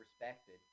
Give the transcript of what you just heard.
respected